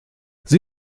sie